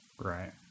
Right